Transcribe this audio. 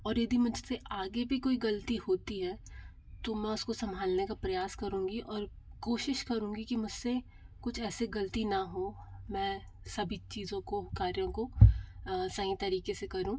और यदि मुझसे आगे भी कोई गलती होती है तो मैं उस संभालने का प्रयास करूंगी और कोशिश करूँगी कि मुझसे कुछ ऐसे गलती ना हो मैं सभी चीज़ों को कार्यों को सही तरीके से करूँ